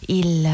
il